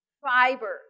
fiber